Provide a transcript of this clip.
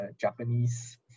Japanese